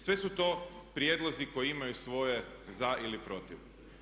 Sve su to prijedlozi koji imaju svoje za ili protiv.